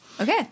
Okay